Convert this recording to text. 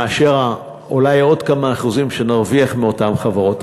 מאשר אולי עוד כמה אחוזים שנרוויח מאותן חברות.